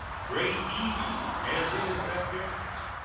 great even as is that difference.